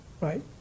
Right